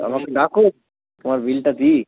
আমায় ডাকুক তোমার বিলটা দিই